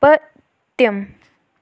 پٔتِم